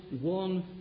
one